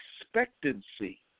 expectancy